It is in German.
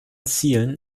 zielen